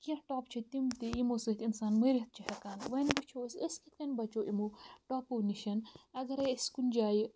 کینٛہہ ٹۄپہٕ چھِ تِم تہِ یِمو سۭتۍ اِنسان مٔرِتھ چھِ ہٮ۪کان وَنۍ وٕچھو أسۍ أسۍ کِتھ کٔنۍ بَچو اِمو ٹۄپو نِشَن اگرَے أسۍ کُنہِ جایہِ